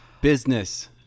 Business